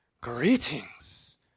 greetings